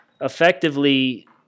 effectively